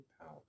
power